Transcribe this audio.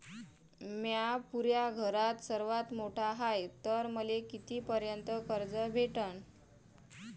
म्या पुऱ्या घरात सर्वांत मोठा हाय तर मले किती पर्यंत कर्ज भेटन?